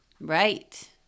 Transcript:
Right